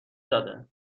داده